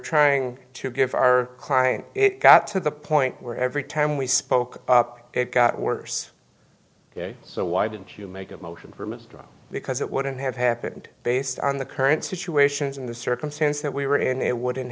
trying to give our client it got to the point where every time we spoke up it got worse so why didn't you make a motion for mistrial because it wouldn't have happened based on the current situations in the circumstance that we were in it wouldn't